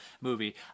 movie